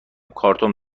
کارتون